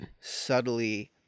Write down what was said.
subtly